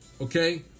okay